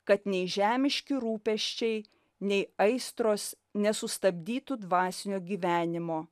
kad nei žemiški rūpesčiai nei aistros nesustabdytų dvasinio gyvenimo